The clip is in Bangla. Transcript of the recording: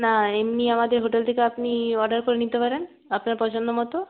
না এমনি আমাদের হোটেল থেকে আপনি অর্ডার করে নিতে পারেন আপনার পছন্দ মতো